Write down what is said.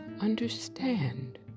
understand